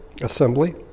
assembly